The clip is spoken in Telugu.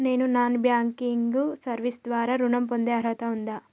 నేను నాన్ బ్యాంకింగ్ సర్వీస్ ద్వారా ఋణం పొందే అర్హత ఉందా?